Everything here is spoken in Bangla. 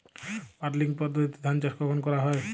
পাডলিং পদ্ধতিতে ধান চাষ কখন করা হয়?